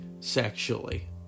sexually